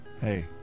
Hey